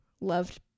loved